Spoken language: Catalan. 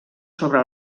sobre